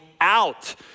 out